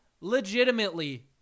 legitimately